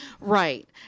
right